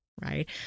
Right